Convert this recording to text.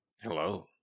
Hello